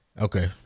Okay